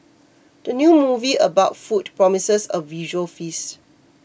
the new movie about food promises a visual feast